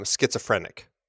schizophrenic